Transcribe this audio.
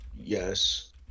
Yes